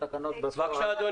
כפי שאמרתי